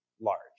large